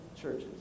churches